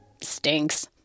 Stinks